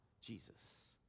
Jesus